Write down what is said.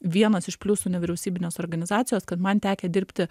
vienas iš pliusų nevyriausybinės organizacijos kad man tekę dirbti